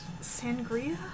Sangria